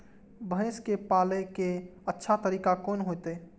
भैंस के पाले के अच्छा तरीका कोन होते?